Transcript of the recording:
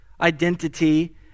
identity